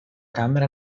camera